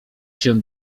się